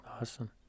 Awesome